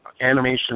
animation